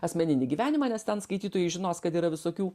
asmeninį gyvenimą nes ten skaitytojai žinos kad yra visokių